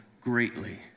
greatly